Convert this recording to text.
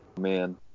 Man